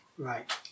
Right